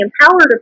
empowered